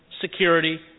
security